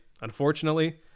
unfortunately